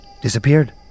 disappeared